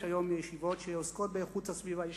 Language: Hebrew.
יש היום ישיבות שעוסקות באיכות הסביבה,